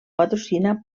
patrocina